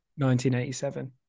1987